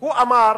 הוא אמר,